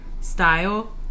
style